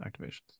activations